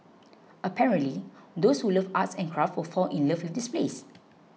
apparently those who love arts and crafts will fall in love with this place